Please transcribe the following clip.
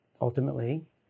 ultimately